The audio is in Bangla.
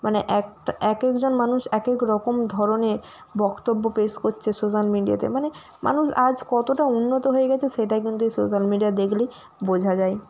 মানে একটা এক একজন মানুষ এক একরকম ধরনের বক্তব্য পেশ করছে সোশ্যাল মিডিয়াতে মানে মানুষ আজ কতটা উন্নত হয়ে গেছে সেটা কিন্তু সোশ্যাল মিডিয়া দেখলে বোঝা যায়